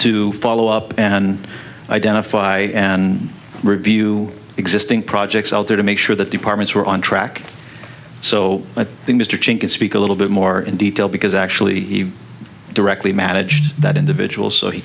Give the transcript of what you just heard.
to follow up and identify an review existing projects out there to make sure that departments were on track so the mr chink in speak a little bit more in detail because actually he directly managed that individual so he